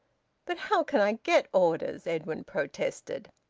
but how can i get orders? edwin protested.